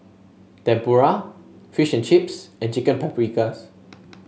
Tempura Fish and Chips and Chicken Paprikas